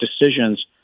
decisions